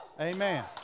Amen